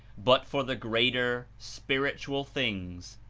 but for the greater, spiritual things,